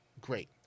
Great